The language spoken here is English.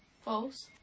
False